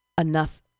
enough